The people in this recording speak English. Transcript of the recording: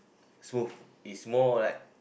smooth is more like